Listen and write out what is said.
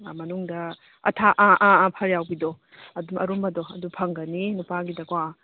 ꯑꯥ ꯃꯅꯨꯡꯗ ꯑꯥ ꯑꯥ ꯐꯔ ꯌꯥꯎꯕꯤꯗꯣ ꯑꯗꯨ ꯑꯔꯨꯝꯕꯗꯣ ꯑꯗꯨ ꯐꯪꯒꯅꯤ ꯅꯨꯄꯥꯒꯤꯗꯀꯣ